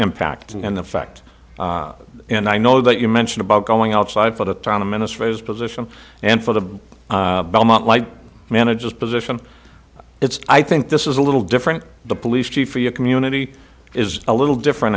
impact and the fact and i know that you mention about going outside for the town a minister for his position and for the belmont light manager's position it's i think this is a little different the police chief or your community is a little different